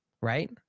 right